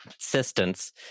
assistance